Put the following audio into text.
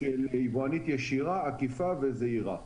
יבואנית ישירה, עקיפה וזעירה.